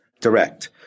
Direct